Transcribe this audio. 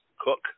Cook